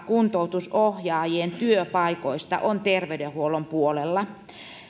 kuntoutusohjaajien työpaikoista on terveydenhuollon puolella